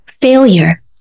failure